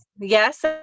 Yes